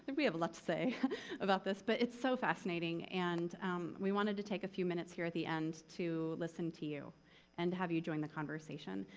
we have a lot to say about this, but it's so fascinating and we wanted to take a few minutes here at the end to listen to you and have you join the conversation.